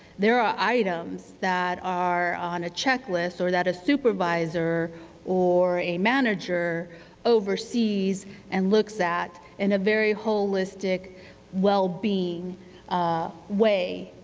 there are items that are on a checklist or that a supervisor or a manager oversees and looks at in a very holistic well-being way.